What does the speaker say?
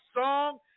song